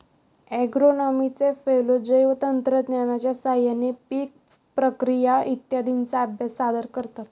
ॲग्रोनॉमीचे फेलो जैवतंत्रज्ञानाच्या साहाय्याने पीक प्रक्रिया इत्यादींचा अभ्यास सादर करतात